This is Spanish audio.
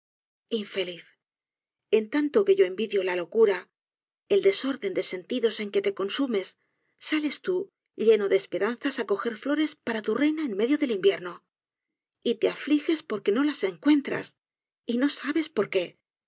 infeliz en tanto que yo envidio la locura el desorden de sentidos en que te consumes sales tú lleno de esperanzas á coger flores para tu reina en medio del invierno y te afliges por que no las encuentras y no sabes por qué